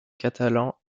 catalan